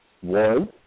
One